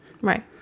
right